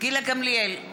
גילה גמליאל,